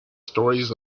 stories